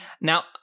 Now